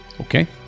Okay